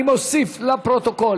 אני מוסיף לפרוטוקול